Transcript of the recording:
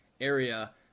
area